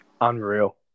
Unreal